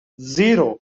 zero